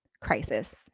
crisis